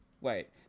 Wait